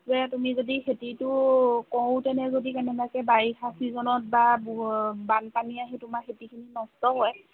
যে তুমি যদি খেতিটো কৰোঁতেনে যদি কেনেবাকৈ বাৰিষা চিজনত বা বানপানী আহি তোমাৰ খেতিখিনি নষ্ট কৰে